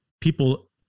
people